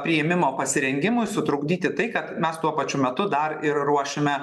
priėmimo pasirengimui sutrukdyti tai kad mes tuo pačiu metu dar ir ruošime